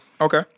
Okay